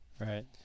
right